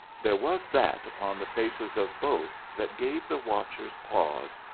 there was that upon the faces of both that gave the watchers pause,